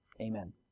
amen